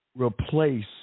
replace